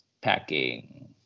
packing